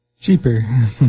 Cheaper